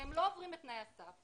והם לא עוברים את תנאי הסף.